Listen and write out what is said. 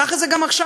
ככה זה גם עכשיו.